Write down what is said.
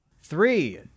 Three